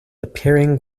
appearing